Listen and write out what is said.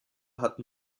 hatten